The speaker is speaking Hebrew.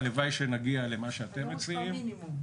הלוואי שנגיע למה שאתם מציעים.